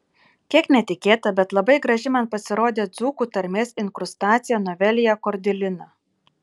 kiek netikėta bet labai graži man pasirodė dzūkų tarmės inkrustacija novelėje kordilina